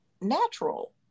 natural